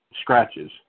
scratches